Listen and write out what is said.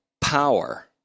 power